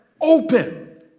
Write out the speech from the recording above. open